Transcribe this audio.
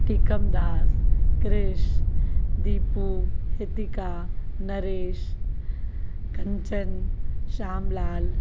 Tikam Das Krish Deepu Ritika Naresh Kanchan Sham Lal